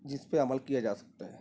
جس پہ عمل کیا جا سکتا ہے